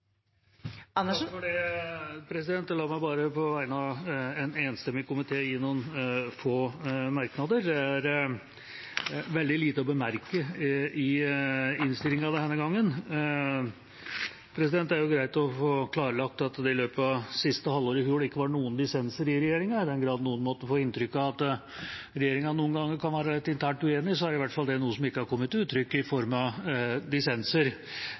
Andersen har tatt opp de forslagene hun refererte til. Flere har ikke bedt om ordet til sak nr. 1. La meg på vegne av en enstemmig komité gi noen få merknader. Det er veldig lite å bemerke i innstillinga denne gangen. Det er jo greit å få klarlagt at det i løpet av siste halvår i fjor ikke var noen dissenser i regjeringa. I den grad noen måtte få inntrykk av at regjeringa noen ganger kan være internt uenig, er det i hvert fall ikke noe som har kommet til uttrykk i form av